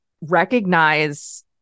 recognize